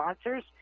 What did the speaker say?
sponsors